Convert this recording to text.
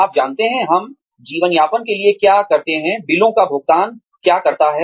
आप जानते हैं हम जीवनयापन के लिए क्या करते हैं बिलों का भुगतान क्या करता है